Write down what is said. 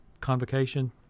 convocation